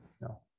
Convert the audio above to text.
No